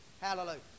Hallelujah